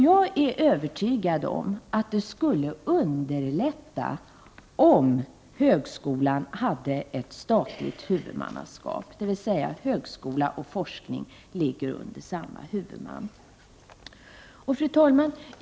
Jag är övertygad om att det skulle underlätta om högskolan hade ett statligt huvudmannaskap, dvs. om högskola och forskning fanns under samma huvudman. Fru talman!